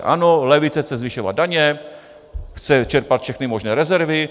Ano, levice chce zvyšovat daně, chce čerpat všechny možné rezervy.